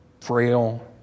frail